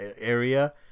area